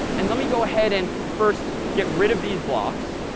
and let me go ahead and first get rid of these blocks,